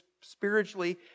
spiritually